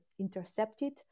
intercepted